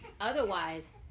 otherwise